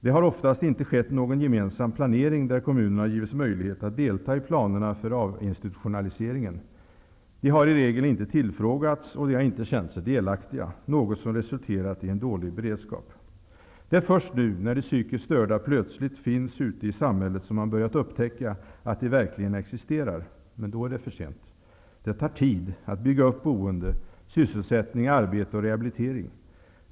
Det har oftast inte skett någon gemensam planering där kommunerna har givits möjlighet att delta i planerna för avinstitutionaliseringen. De har i regel inte tillfrågats, och de har inte känt sig delaktiga, vilket har resulterat i en dålig beredskap. Det är först nu, när de psykiskt störda plötsligt finns ute i samhället, som man har börjat upptäcka att de verkligen existerar. Men då är det för sent. Det tar tid att bygga upp boende, sysselsättning, arbete och rehabilitering.